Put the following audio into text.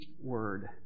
Word